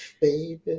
baby